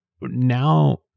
now